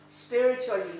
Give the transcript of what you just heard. spiritually